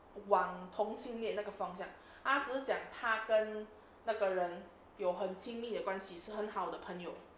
往同性恋那个方向阿紫讲他跟那个人有很亲密的关系是很好的朋友